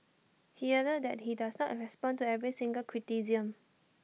he added that he does not respond to every single criticism